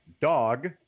dog